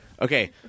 Okay